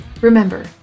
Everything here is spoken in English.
Remember